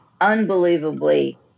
unbelievably